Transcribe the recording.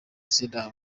izina